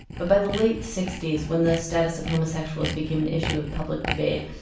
but by the late sixty s when the status of homosexuals became an issue of public debate,